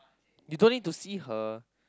you don't need to see her